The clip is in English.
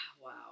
Wow